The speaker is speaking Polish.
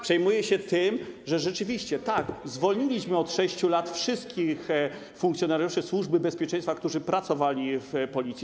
Przejmuje się tym, że rzeczywiście, tak, zwolniliśmy w ciągu 6 lat wszystkich funkcjonariuszy Służby Bezpieczeństwa, którzy pracowali w Policji.